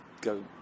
go